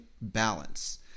balance